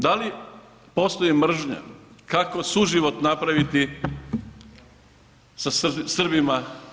Da li postoji mržnja, kako suživot napraviti sa Srbima?